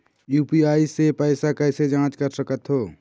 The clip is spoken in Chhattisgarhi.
यू.पी.आई से पैसा कैसे जाँच कर सकत हो?